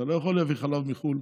אתה לא יכול להביא חלב מחו"ל,